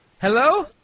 Hello